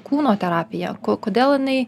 kūno terapija ko kodėl jinai